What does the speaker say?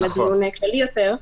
אלא דיון כללי יותר.